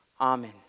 Amen